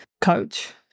coach